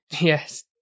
Yes